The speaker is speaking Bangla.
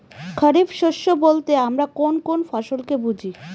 খরিফ শস্য বলতে আমরা কোন কোন ফসল কে বুঝি?